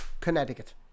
Connecticut